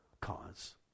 cause